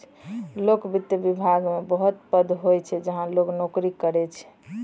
लोक वित्त विभाग मे बहुत पद होय छै जहां लोग नोकरी करै छै